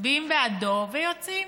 מצביעים בעדו ויוצאים,